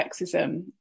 sexism